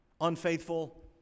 unfaithful